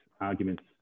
arguments